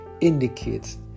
indicates